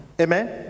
Amen